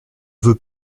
veux